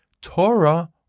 Torah